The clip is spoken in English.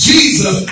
Jesus